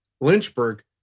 Lynchburg